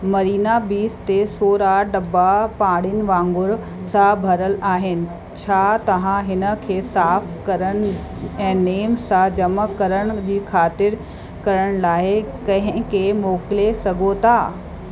Marina beach ते सोरहं दॿा पाड़नि वांगुर सां भरियलु आहिनि छा तव्हां हिन खे साफ़ु करणु ऐं नेम सां जमा करण जी ख़ातिरु करण लाइ कंहिंखें मोकिले सघो था